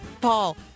Paul